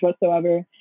whatsoever